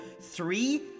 three